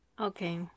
okay